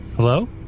Hello